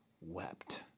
wept